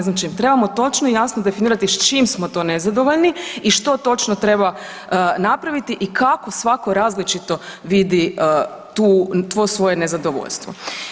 Znači trebamo točno i jasno definirati s čim smo to nezadovoljni i što točno treba napraviti i kako svako različito vidi to svoje nezadovoljstvo.